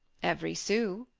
every sou.